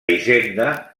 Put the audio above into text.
hisenda